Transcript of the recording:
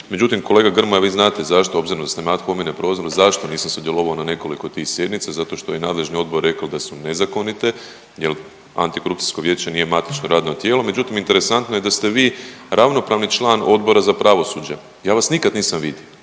Međutim, kolega Grmoja vi znate zašto, obzirom da sam ad hominem prozvan zašto nisam sudjelovao na nekoliko tih sjednica. Zato što je nadležni odbor rekao da su nezakonite, jer Antikorupcijsko vijeće nije matično radno tijelo. Međutim, interesantno je da ste vi ravnopravni član Odbora za pravosuđe. Ja vas nikad nisam vidio